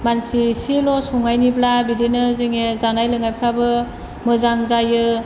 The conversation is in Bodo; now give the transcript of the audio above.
मानसि एसेल' संनायनिब्ला बिदिनो जोंनि जानाय लोंनायफ्राबो मोजां जायो